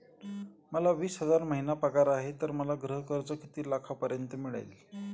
मला वीस हजार महिना पगार आहे तर मला गृह कर्ज किती लाखांपर्यंत मिळेल?